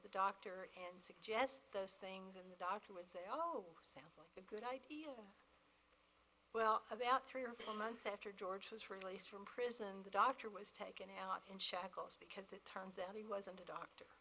the doctor and suggest those things the doctor would say oh that's a good idea well about three or four months after george was released from prison the doctor was taken out in shackles because it turns out he wasn't a doctor